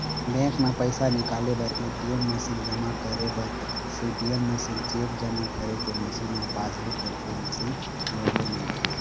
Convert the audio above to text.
bank म पइसा निकाले बर ए.टी.एम मसीन, जमा करे बर सीडीएम मशीन, चेक जमा करे के मशीन अउ पासबूक एंटरी मशीन लगे मिलथे